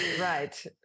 Right